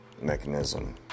mechanism